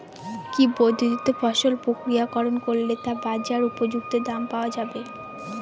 কি পদ্ধতিতে ফসল প্রক্রিয়াকরণ করলে তা বাজার উপযুক্ত দাম পাওয়া যাবে?